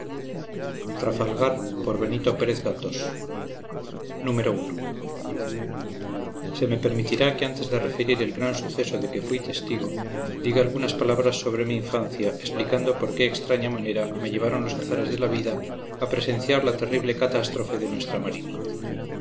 guirnalda y episodios nacionales se me permitirá que antes de referir el gran suceso de que fui testigo diga algunas palabras sobre mi infancia explicando por qué extraña manera me llevaron los azares de la vida a presenciar la terrible catástrofe de nuestra marina